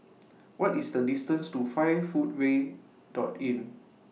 What IS The distance to five Foot Way Dot Inn